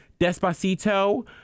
despacito